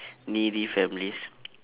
needy families